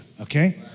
okay